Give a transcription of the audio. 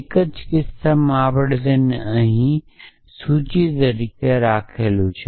એક જ કિસ્સામાં આપણે તેને અહીં સૂચિ તરીકે રહેલું છે